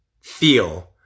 feel